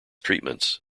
treatments